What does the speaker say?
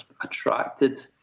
attracted